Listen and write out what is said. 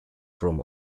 from